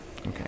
Okay